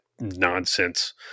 nonsense